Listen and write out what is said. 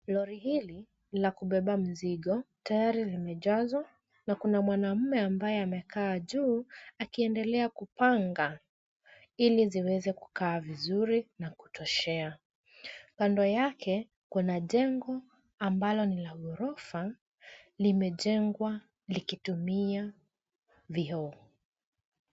Lori hili, ni la kubeba mzigo, tayari limejazwa na kuna mwanaume ambaye amekaa juu akiendelea kupanga ili ziweze kukaa vizuri na kutoshea. Kando yake, kuna jengo ambalo ni la ghorofa, limejengwa likitumia vioo.